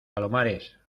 palomares